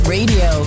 Radio